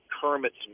Kermit's